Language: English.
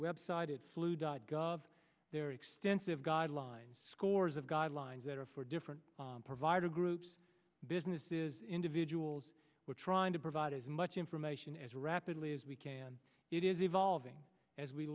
web site it flu dot gov there are extensive guidelines scores of guidelines that are for different provider groups businesses individuals we're trying to provide as much information as rapidly as we can it is evolving as we